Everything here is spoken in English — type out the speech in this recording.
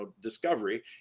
discovery